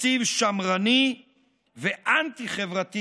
תקציב שמרני ואנטי-חברתי,